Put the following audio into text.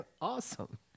Awesome